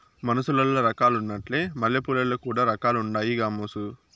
మనుసులల్ల రకాలున్నట్లే మల్లెపూలల్ల కూడా రకాలుండాయి గామోసు